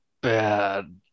bad